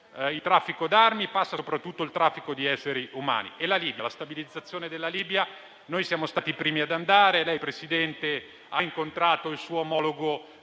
il traffico d'armi e passa soprattutto il traffico di esseri umani. Quanto alla stabilizzazione della Libia, noi siamo stati i primi ad andare. Lei, Presidente, ha incontrato il suo omologo